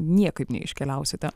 niekaip neiškeliausite